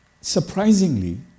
surprisingly